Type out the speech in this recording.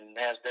Nasdaq